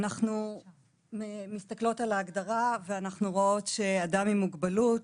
אנחנו מסתכלות על ההגדרה, ורואות שאדם עם מוגבלות